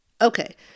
Okay